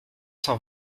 cent